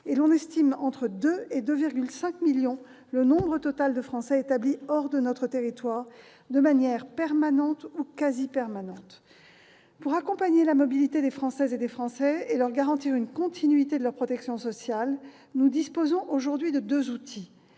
et l'on estime entre 2 et 2,5 millions le nombre total de Français établis hors de notre territoire de manière permanente ou quasi permanente. Pour accompagner la mobilité des Françaises et des Français et leur garantir une continuité de la protection sociale, nous disposons actuellement de deux outils.